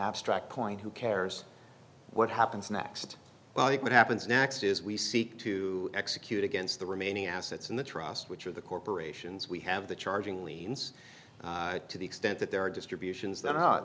abstract point who cares what happens next well what happens next is we seek to execute against the remaining assets in the trust which are the corporations we have the charging leans to the extent that there are distributions